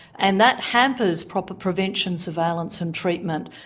and that hampers proper prevention, surveillance and treatment.